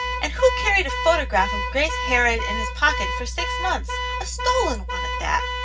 and who carried a photograph of grace harrod in his pocket for six months a stolen one at that?